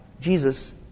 Jesus